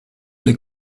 les